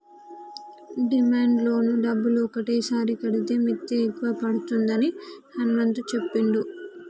demand loan డబ్బులు ఒకటేసారి కడితే మిత్తి ఎక్కువ పడుతుందని హనుమంతు చెప్పిండు